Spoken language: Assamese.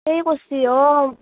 সেই কৈছে অঁ